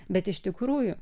bet iš tikrųjų